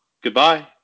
Goodbye